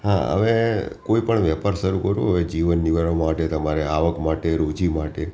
હા હવે કોઈ પણ વેપાર શરુ કરવો હોય જીવન નિર્વહન માટે આવક માટે રોજી માટે